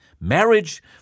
marriage